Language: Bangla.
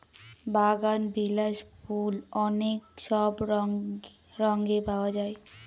বাগানবিলাস ফুল অনেক সব রঙে পাওয়া যায়